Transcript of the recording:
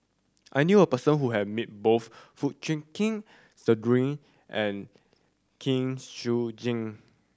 I knew a person who has met both Foo Chee Keng Cedric and Kwek Siew Jin